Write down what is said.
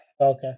Okay